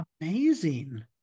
Amazing